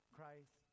Christ